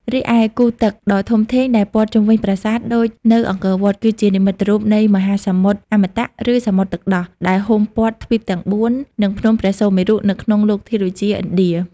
រីឯ គូរទឹកដ៏ធំធេងដែលព័ទ្ធជុំវិញប្រាសាទ ដូចនៅអង្គរវត្ត គឺជានិមិត្តរូបនៃមហាសមុទ្រអមតៈ ឬសមុទ្រទឹកដោះ ដែលហ៊ុមព័ទ្ធទ្វីបទាំងបួន និងភ្នំព្រះសុមេរុនៅក្នុងលោកធាតុវិទ្យាឥណ្ឌា។